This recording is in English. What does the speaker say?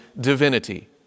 divinity